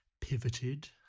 pivoted